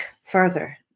further